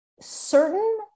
Certain